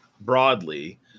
broadly